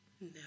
No